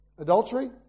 Adultery